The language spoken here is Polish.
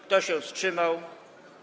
Kto się wstrzymał?